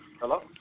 Hello